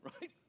Right